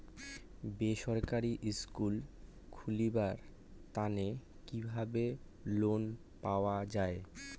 বেসরকারি স্কুল খুলিবার তানে কিভাবে লোন পাওয়া যায়?